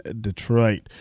Detroit